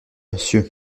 monsieur